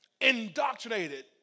Indoctrinated